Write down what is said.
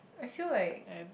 I feel like